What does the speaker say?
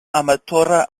amatora